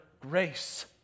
grace